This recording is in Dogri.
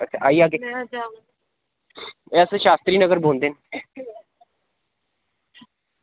अच्छा आई जाह्गे एह् अस शास्त्री नगर बौंह्दे न